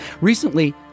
Recently